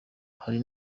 hari